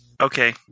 okay